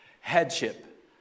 Headship